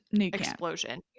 Explosion